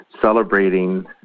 celebrating